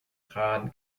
rahn